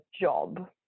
job